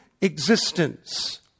existence